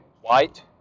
white